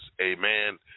Amen